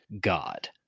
God